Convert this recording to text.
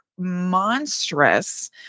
monstrous